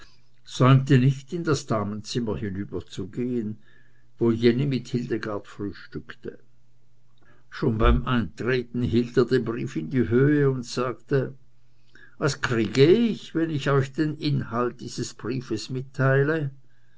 säumte nicht in das damenzimmer hinüberzugehen wo jenny mit hildegard frühstückte schon beim eintreten hielt er den brief in die höhe und sagte was kriege ich wenn ich euch den inhalt dieses briefes mitteile